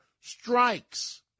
strikes